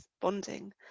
bonding